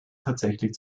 tatsächlich